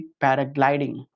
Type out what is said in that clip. paragliding